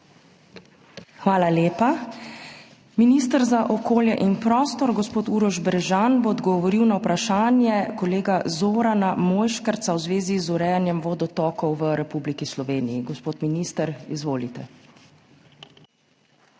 Hvala lepa. Minister za okolje in prostor, gospod Uroš Brežan, bo odgovoril na vprašanje kolega Zorana Mojškerca v zvezi z urejanjem vodotokov v Republiki Sloveniji. Gospod minister, izvolite.